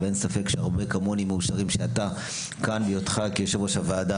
ואין ספק שהרבה כמוני מאושרים שאתה כאן בהיותך יושב-ראש הוועדה